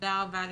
תודה רבה.